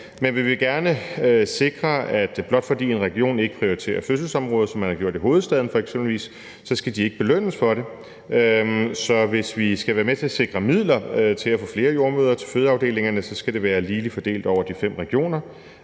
men vi vil gerne sikre, at blot fordi en region ikke prioriterer fødselsområdet, som man ikke har gjort i Region Hovedstaden eksempelvis, så skal de ikke belønnes for det. Så hvis vi skal være med til at sikre midler til at få flere jordemødre til fødeafdelingerne, skal det være ligeligt fordelt over de fem regioner,